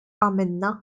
għamilna